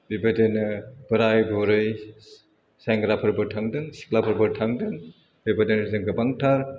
बेबायदिनो बोराइ बुरै सेंग्राफोरबो थादों सिख्लाफोरबो थांदों बेबायदिनो जों गोबांथार